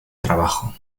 trabajo